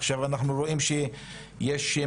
עכשיו אנחנו רואים שיש מגפה.